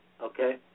Okay